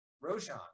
Roshan